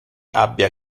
abbia